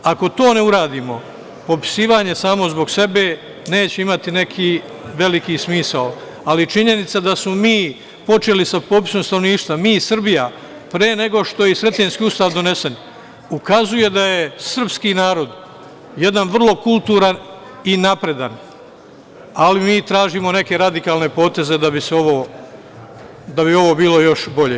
Ako to ne uradimo, popisivanje samo zbog sebe neće imati neki veliki smisao, ali činjenica je da smo mi počeli sa popisom stanovništva, mi Srbija, pre nego što je Sretenjski Ustav donesen, ukazuje da je srpski narod, jedan vrlo kulturan i napredan, ali mi tražimo neke radikalne poteze da bi ovo bilo još bolje.